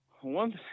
One